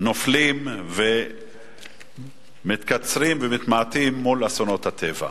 נופלים ומתקצרים ומתמעטים מול אסונות הטבע.